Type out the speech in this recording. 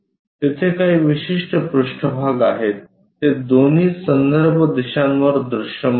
तिथे काही विशिष्ट पृष्ठभाग आहेत ते दोन्ही संदर्भ दिशांवर दृश्यमान आहेत